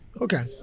Okay